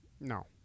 no